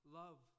love